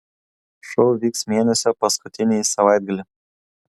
šou vyks mėnesio paskutinįjį savaitgalį